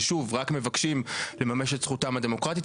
ששוב רק מבקשים לממש את זכותם הדמוקרטית,